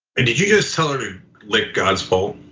and did you just tell her to lick god's pole?